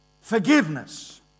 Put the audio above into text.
Forgiveness